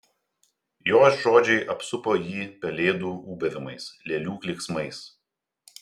jos žodžiai apsupo jį pelėdų ūbavimais lėlių klyksmais